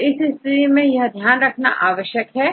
तो इस स्थिति का ध्यान रखना आवश्यक है